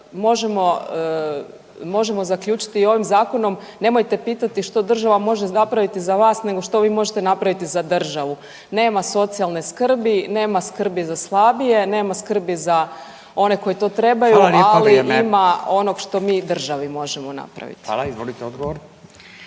možemo zaključiti i ovim zakonom nemojte pitati što država može napraviti za vas, nego što vi možete napraviti za državu. Nema socijalne skrbi, nema skrbi za slabije, nema skrbi za one koji to trebaju … …/Upadica Radin: Hvala lijepa.